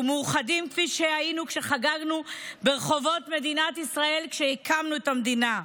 מאוחדים כפי שהיינו כשחגגנו ברחובות מדינת ישראל כשהקמנו את המדינה,